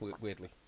weirdly